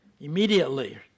Immediately